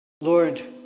Lord